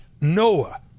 Noah